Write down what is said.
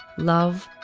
love,